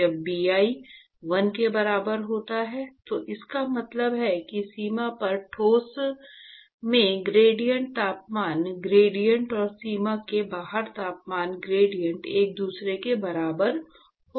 जब Bi 1 के बराबर होता है तो इसका मतलब है कि सीमा पर ठोस में ग्रेडिएंट तापमान ग्रेडिएंट और सीमा के बाहर तापमान ग्रेडिएंट एक दूसरे के बराबर होगा